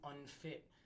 unfit